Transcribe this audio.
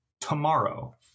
tomorrow